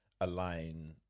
align